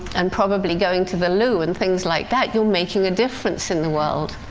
and probably going to the loo, and things like that you're making a difference in the world.